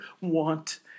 want